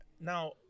now